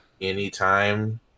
anytime